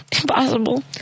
impossible